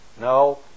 No